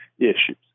issues